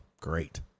great